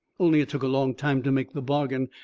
only it took a long time to make the bargain,